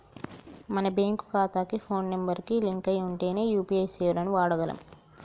మన బ్యేంకు ఖాతాకి phone number కి లింక్ అయ్యి ఉంటేనే యూ.పీ.ఐ సేవలను వాడగలం